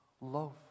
love